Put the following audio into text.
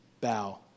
bow